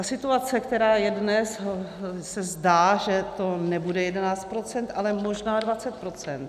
Situace, která je dnes, se zdá, že to nebude 11 %, ale možná 20 %.